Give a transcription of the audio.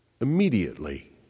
Immediately